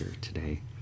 today